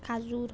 खाजूर